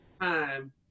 time